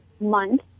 month